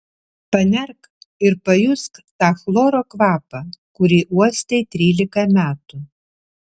panerk ir pajusk tą chloro kvapą kurį uostei trylika metų